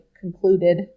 concluded